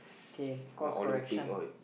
K cause correction